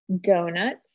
donuts